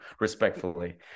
respectfully